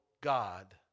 God